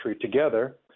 together